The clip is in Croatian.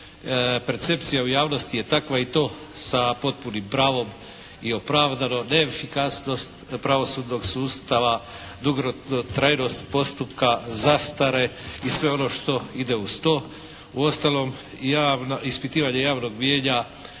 Percepcija u javnosti je takva i to sa potpunim pravom i opravdanom. Neefikasnost pravosudnog sustava, dugotrajnost postupka, zastare i sve ono što ide uz to. Uostalom ispitivanje javnog mnijenja